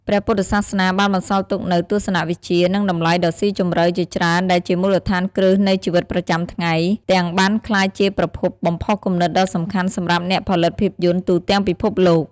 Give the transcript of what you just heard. ព្រះពុទ្ធសាសនាបានបន្សល់ទុកនូវទស្សនវិជ្ជា និងតម្លៃដ៏ស៊ីជម្រៅជាច្រើនដែលជាមូលដ្ឋានគ្រឹះនៃជីវិតប្រចាំថ្ងៃ ទាំងបានក្លាយជាប្រភពបំផុសគំនិតដ៏សំខាន់សម្រាប់អ្នកផលិតភាពយន្តទូទាំងពិភពលោក។